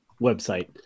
website